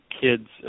kids